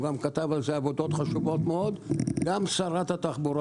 גם כתב על זה עבודות חשובות מאוד גם השרת התחבורה